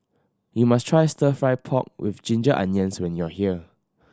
you must try Stir Fry pork with ginger onions when you are here